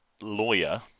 Lawyer